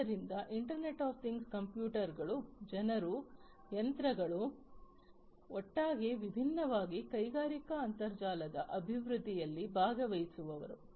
ಆದ್ದರಿಂದ internet of things ಕಂಪ್ಯೂಟರ್ಗಳು ಜನರು ಯಂತ್ರಗಳು ಒಟ್ಟಾಗಿ ವಿಭಿನ್ನವಾಗಿವೆ ಕೈಗಾರಿಕಾ ಅಂತರ್ಜಾಲದ ಅಭಿವೃದ್ಧಿಯಲ್ಲಿ ಭಾಗವಹಿಸುವವರು